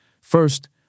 First